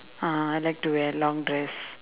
ah I like to wear long dress